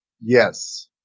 Yes